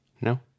No